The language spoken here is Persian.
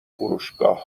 فروشگاه